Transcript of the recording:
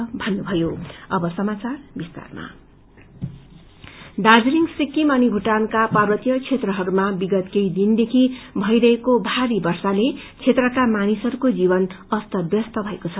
rain ब्लक दार्जीलिङ सिक्किम अनि भूटानका पार्वतीय क्षेत्रहरूमा विगत केही दिनदेखि भईरहेको भारी वर्षाले क्षेत्रका मानिसहरूको जीवन अस्तव्यस्त भएको छ